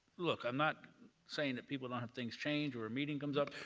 look, i'm not saying people don't have things change or a meeting comes up.